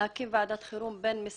אני ממליצה על הקמת ועדת חרום בין-משרדית